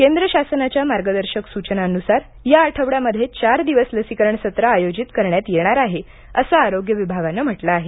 केंद्र शासनाच्या मार्गदर्शक सूचनांनुसार या आठवड्यामध्ये चार दिवस लसीकरण सत्र आयोजित करण्यात येणार आहे असं आरोग्य विभागानं म्हटलं आहे